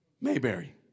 Mayberry